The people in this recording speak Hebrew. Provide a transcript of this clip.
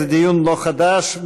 זה דיון לא חדש,